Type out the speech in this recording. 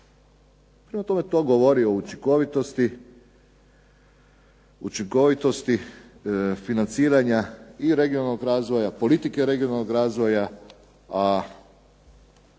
Prema tome, to govori o učinkovitosti financiranja i regionalnog razvoja i politike regionalnog razvoja,